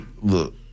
look